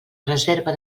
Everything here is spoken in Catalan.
reserva